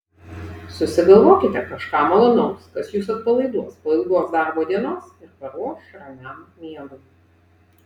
susigalvokite kažką malonaus kas jus atpalaiduos po ilgos darbo dienos ir paruoš ramiam miegui